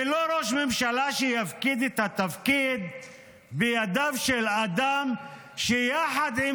ולא ראש ממשלה שיפקיד את התפקיד בידיו של אדם שיחד עם